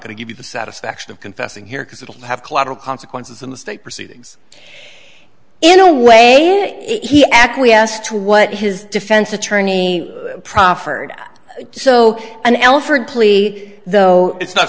to give you the satisfaction of confessing here because it'll have collateral consequences in the state proceedings in a way he acquiesced to what his defense attorney proffered so an elephant plea though it's not